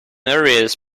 areas